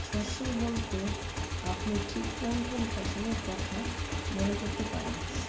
শস্য বলতে আপনি ঠিক কোন কোন ফসলের কথা মনে করতে পারেন?